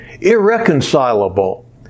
irreconcilable